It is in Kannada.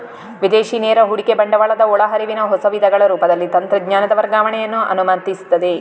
ವಿದೇಶಿ ನೇರ ಹೂಡಿಕೆ ಬಂಡವಾಳದ ಒಳ ಹರಿವಿನ ಹೊಸ ವಿಧಗಳ ರೂಪದಲ್ಲಿ ತಂತ್ರಜ್ಞಾನದ ವರ್ಗಾವಣೆಯನ್ನ ಅನುಮತಿಸ್ತದೆ